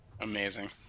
Amazing